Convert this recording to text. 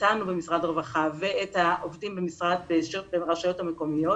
אותנו במשרד הרווחה ואת העובדים ברשויות המקומיות